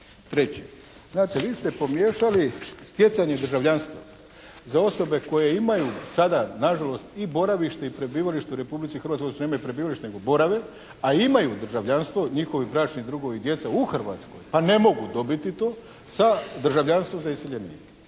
Treće, znate vi ste pomiješali stjecanja državljanstva za osobe koje imaju sada nažalost i boravište i prebivalište u Republici Hrvatskoj, odnosno nemaju prebivalište nego borave, a imaju državljanstvo njihovi bračni drugovi i djeca u Hrvatskoj, pa ne mogu dobiti to, sa državljanstvo za iseljenike.